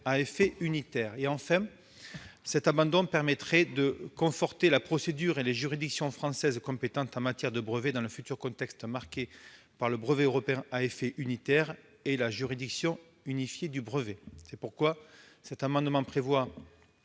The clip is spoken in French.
à effet unitaire. Enfin, cet abandon permettrait de conforter la procédure et les juridictions françaises compétentes en matière de brevets dans le futur contexte marqué par le brevet européen à effet unitaire et la juridiction unifiée du brevet. Cet amendement prévoit,